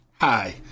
Hi